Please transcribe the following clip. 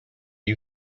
you